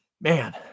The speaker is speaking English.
man